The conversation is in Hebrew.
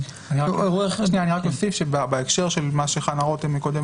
אני רק אוסיף בהקשר למה שחנה רותם אמרה קודם